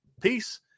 peace